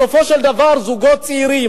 בסופו של דבר זוגות צעירים